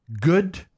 Good